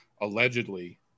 allegedly